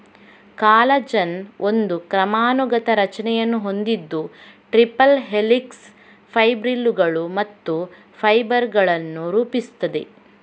collagen ಒಂದು ಕ್ರಮಾನುಗತ ರಚನೆಯನ್ನು ಹೊಂದಿದ್ದು ಟ್ರಿಪಲ್ ಹೆಲಿಕ್ಸ್, ಫೈಬ್ರಿಲ್ಲುಗಳು ಮತ್ತು ಫೈಬರ್ ಗಳನ್ನು ರೂಪಿಸುತ್ತದೆ